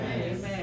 Amen